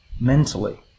mentally